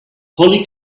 holly